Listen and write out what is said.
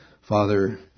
Father